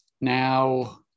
Now